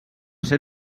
ser